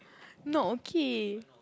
not okay